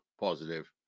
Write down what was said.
positive